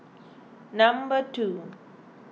number two